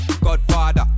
Godfather